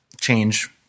change